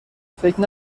فکر